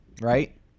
Right